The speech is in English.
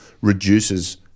Reduces